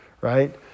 Right